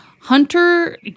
hunter